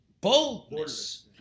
boldness